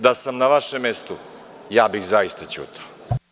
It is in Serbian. Da sam na vašem mestu, ja bih zaista ćutao.